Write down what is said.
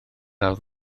awr